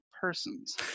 persons